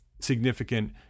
significant